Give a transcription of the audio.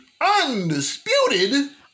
Undisputed